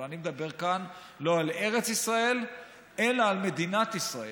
אבל אני מדבר כאן לא על ארץ ישראל אלא על מדינת ישראל,